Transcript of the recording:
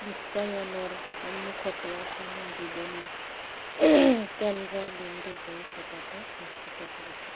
বিশ্বায়নৰ সন্মুখতো অসমীয়া জীৱনৰ কেন্দ্ৰবিন্দু হৈ থকাটো নিশ্চিত কৰিছে